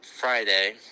Friday